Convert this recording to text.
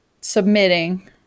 Submitting